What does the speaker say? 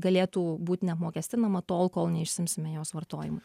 galėtų būt neapmokestinama tol kol neišsiimsime jos vartojimui